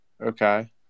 Okay